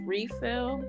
Refill